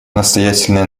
настоятельная